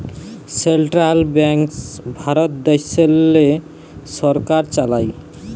central banks Bharat দ্যাশেল্লে সরকার চালায়